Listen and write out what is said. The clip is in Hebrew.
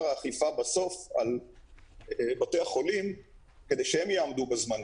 האכיפה בסוף על בתי החולים כדי שהם יעמדו בזמנים.